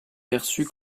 perçue